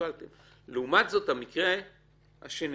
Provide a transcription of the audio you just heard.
לעומת זאת, המקרה השני